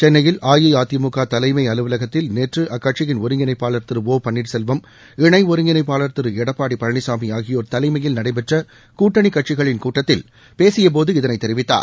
சென்னையில் அஇஅதிமுக தலைம் அலுவலகத்தில் நேற்று அக்கட்சியின் ஒருங்கிணைப்பாளர் திரு ஆ பன்னீர்செல்வம் இணை ஒருங்கிணைப்பாளர் திரு எடப்பாடி பழனிசாமி ஆகியோர் தலைமையில் நடைபெற்ற கூட்டணிக் கட்சிகளின் கூட்டத்தில் பேசியபோது இதனை தெரிவித்தார்